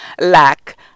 lack